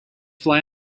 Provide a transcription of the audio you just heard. fly